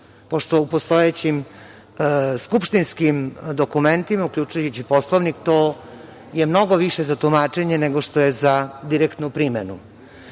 pošto u postojećim skupštinskim dokumentima, uključujući i Poslovnik, to je mnogo više za tumačenje nego što je za direktnu primenu. Volela